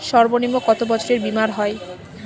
সর্বনিম্ন কত বছরের বীমার হয়?